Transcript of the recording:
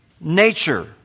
nature